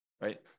right